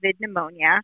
pneumonia